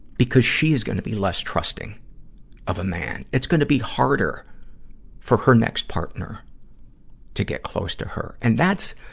because she's gonna be less trusting of a man. it's gonna be harder for her next partner to get close to her. and that's,